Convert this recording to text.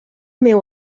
meu